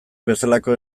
bezalako